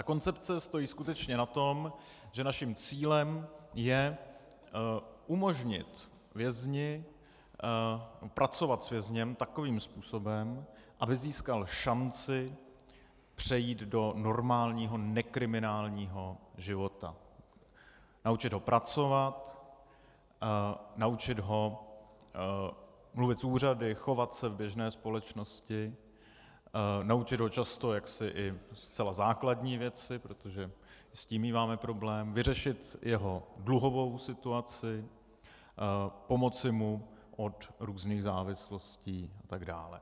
Koncepce stojí skutečně na tom, že naším cílem je umožnit vězni, pracovat s vězněm takovým způsobem, aby získal šanci přejít do normálního nekriminálního života, naučit ho pracovat, naučit ho mluvit s úřady, chovat se v běžné společnosti, naučit ho často i jaksi zcela základní věci, protože s tím míváme problém, vyřešit jeho dluhovou situaci, pomoci mu od různých závislostí atd.